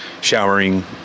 showering